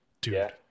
Dude